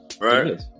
right